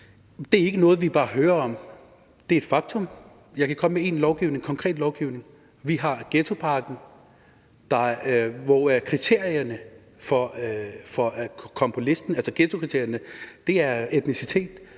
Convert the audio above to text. Det er ikke noget, vi bare hører om; det er et faktum. Jeg kan komme med nogle eksempler på konkret lovgivning: Vi har ghettopakken, hvor ghettokriterierne for at komme på listen er etnicitet.